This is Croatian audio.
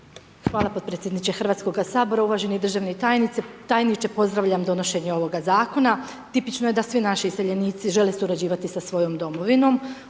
Hvala potpredsjedniče Hrvatskoga sabora. Uvaženi državni tajniče, pozdravljam donošenje ovoga zakona. Tipično je da svi naši iseljenici žele surađivati sa svojom domovinom,